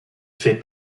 fait